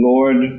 Lord